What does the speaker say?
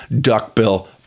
duckbill